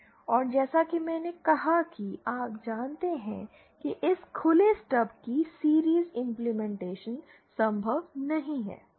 और जैसा कि मैंने कहा कि आप जानते हैं कि इस खुले स्टब की सीरिज़ इंपलीमेनटेशन संभव नहीं है